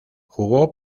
jugó